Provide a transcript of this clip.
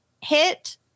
hit